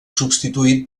substituït